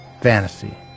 Fantasy